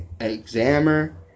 examiner